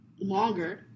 longer